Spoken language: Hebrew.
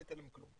אל תתן להן כלום.